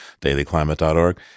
dailyclimate.org